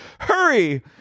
Hurry